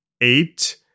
Eight